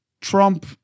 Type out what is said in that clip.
Trump